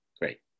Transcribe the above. Great